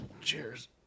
Cheers